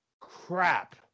crap